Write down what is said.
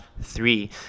three